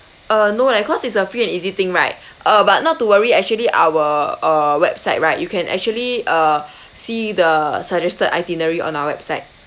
uh no leh cause it's a free and easy thing right uh but not to worry actually our err website right you can actually uh see the suggested itinerary on our website